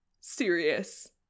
serious